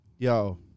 Yo